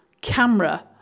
camera